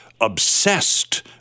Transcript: obsessed